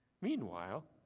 Meanwhile